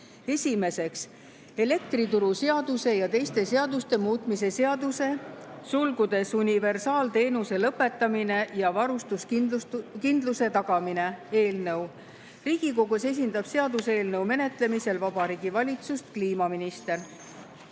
Esimeseks, elektrituruseaduse ja teiste seaduste muutmise seaduse (universaalteenuse lõpetamine ja varustuskindluse tagamine) eelnõu. Riigikogus esindab seaduseelnõu menetlemisel Vabariigi Valitsust kliimaminister.